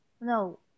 no